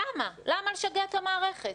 למה לשגע את המערכת?